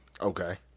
Okay